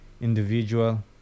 individual